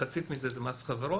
מחצית מזה זה מס חברות.